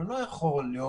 הרי לא יכול להיות